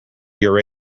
your